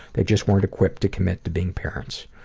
they just want to quit to commit to being parents.